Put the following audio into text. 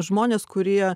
žmones kurie